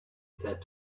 said